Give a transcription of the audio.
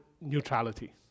neutrality